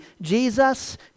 Jesus